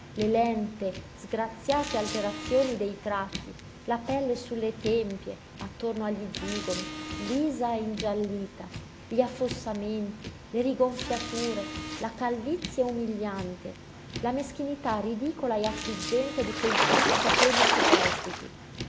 le lente sgraziate alterazioni dei tratti la pelle sulle tempie attorno agli zigomi lisa e ingiallita gli affossamenti le rigonfiature la calvizie umiliante la meschinità ridicola e affliggente di quei pochi capelli superstiti